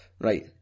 Right